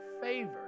favor